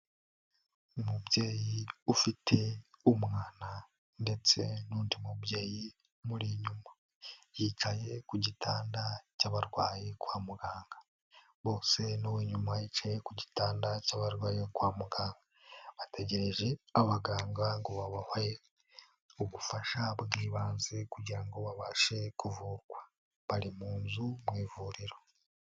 Umubyeyi ufite umwana ndetse n'undi mubyeyi umuri inyuma, yicaye ku gitanda cy'abarwayi kwa muganga, bose n'uwinyuma yicaye ku gitanda cy' abarwayi kwamuganga, bategereje abaganga ngo babahe ubufasha bw'ibanze, kugira ngo babashe kuvurwa. Bari mu nzu mu ivuriro.